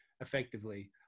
effectively